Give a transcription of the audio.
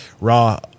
raw